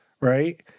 right